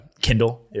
Kindle